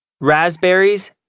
raspberries